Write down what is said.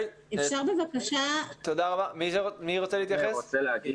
אני חייבת לצאת, אני רוצה לומר